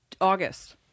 August